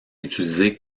utilisée